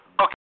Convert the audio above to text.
Okay